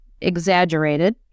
exaggerated